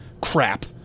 crap